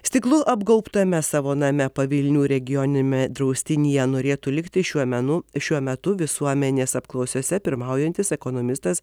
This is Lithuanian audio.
stiklu apgaubtame savo name pavilnių regionime draustinyje norėtų likti šiuo menu šiuo metu visuomenės apklausose pirmaujantis ekonomistas